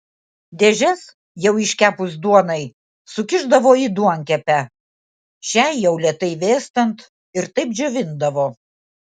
dėžes jau iškepus duonai sukišdavo į duonkepę šiai jau lėtai vėstant ir taip džiovindavo